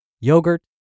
yogurt